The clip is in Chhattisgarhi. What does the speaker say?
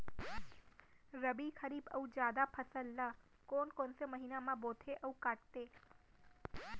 रबि, खरीफ अऊ जादा फसल ल कोन कोन से महीना म बोथे अऊ काटते?